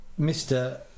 Mr